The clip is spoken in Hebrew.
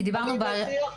אני בשיח,